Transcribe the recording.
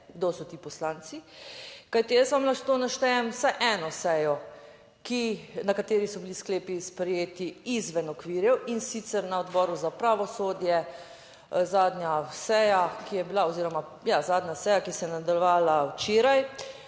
kdo so ti poslanci? kajti jaz vam lahko naštejem vsaj eno sejo, ki, na kateri so bili sklepi sprejeti izven okvirjev, in sicer na Odboru za pravosodje, zadnja seja, ki je bila oziroma ja, zadnja seja, ki se je nadaljevala včeraj,